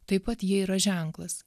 taip pat jie yra ženklas